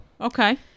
Okay